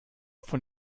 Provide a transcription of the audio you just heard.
von